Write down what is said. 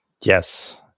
Yes